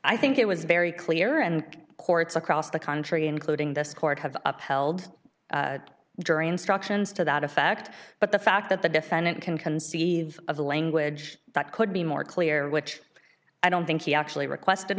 i think it was very clear and courts across the country including this court have upheld jury instructions to that effect but the fact that the defendant can conceive of the language that could be more clear which i don't think he actually request